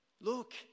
Look